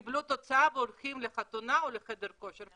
קיבלו תוצאה והולכים לחתונה או לחדר כושר.